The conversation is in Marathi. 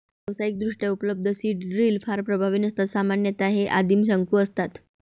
व्यावसायिकदृष्ट्या उपलब्ध सीड ड्रिल फार प्रभावी नसतात सामान्यतः हे आदिम शंकू असतात